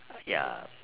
ya